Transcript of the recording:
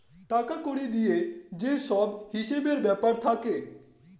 টাকা কড়ি দিয়ে যে সব হিসেবের ব্যাপার থাকে